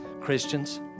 Christians